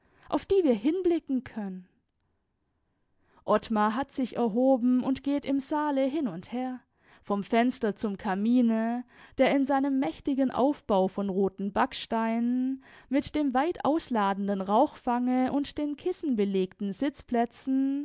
auf die wir hinblicken können ottmar hat sich erhoben und geht im saale hin und her vom fenster zum kamine der in seinem mächtigen aufbau von roten backsteinen mit dem weitausladenden rauchfange und den kissenbelegten sitzplätzen